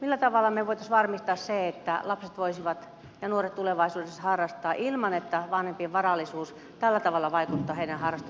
millä tavalla me voisimme varmistaa sen että lapset ja nuoret voisivat tulevaisuudessa harrastaa ilman että vanhempien varallisuus tällä tavalla vaikuttaa heidän harrastusmahdollisuuksiinsa